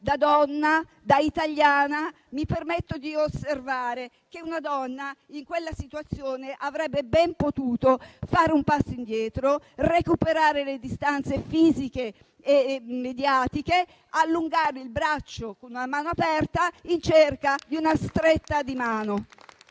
da donna e da italiana, mi permetto di osservare che una donna in quella situazione avrebbe ben potuto fare un passo indietro, recuperare le distanze fisiche e mediatiche, allungare il braccio con una mano aperta in cerca di una stretta di mano